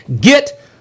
Get